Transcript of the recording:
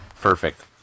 Perfect